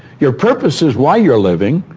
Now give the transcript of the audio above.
your purpose is why you're living.